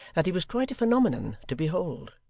that he was quite a phenomenon to behold,